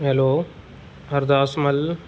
hello Hardas मल